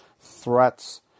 threats